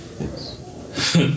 Yes